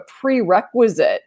prerequisite